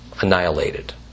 annihilated